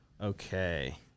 Okay